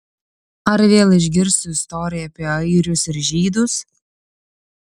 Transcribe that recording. ar vėl išgirsiu istoriją apie airius ir žydus